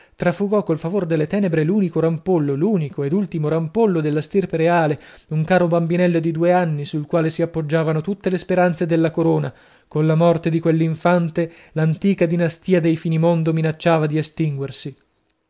trafugò col favor delle tenebre l'unico rampollo l'unico ed ultimo rampollo della stirpe reale un caro bambinello di due anni sul quale si appoggiavano tutte le speranze della corona colla morte di quell'infante l'antica dinastia dei finimondo minacciava di estinguersi